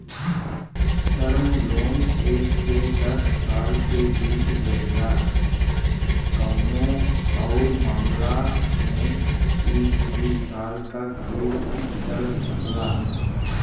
term loan एक से दस साल के बीच रहेला कउनो आउर मामला में इ तीस साल तक भी चल सकला